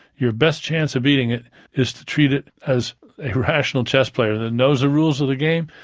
your best chance of beating it is to treat it as a rational chess player that knows the rules of the game,